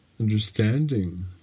understanding